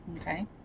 Okay